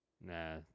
Nah